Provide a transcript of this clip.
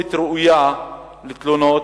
ככתובת ראויה לתלונות,